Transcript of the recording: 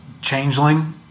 changeling